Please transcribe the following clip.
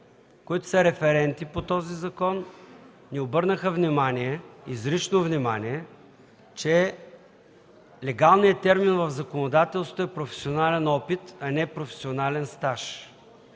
които са референти по този закон, ни обърнаха внимание, изрично внимание, че легалният термин в законодателството е „професионален опит”, а не „професионален стаж”.